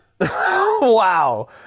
wow